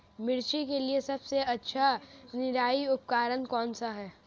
मिर्च के लिए सबसे अच्छा निराई उपकरण कौनसा है?